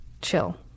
chill